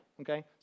okay